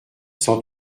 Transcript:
sans